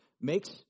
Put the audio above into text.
makes